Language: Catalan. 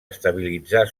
estabilitzar